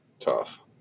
Tough